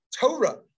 Torah